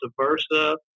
versa